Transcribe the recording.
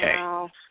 okay